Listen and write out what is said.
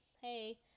hey